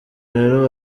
rero